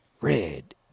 Red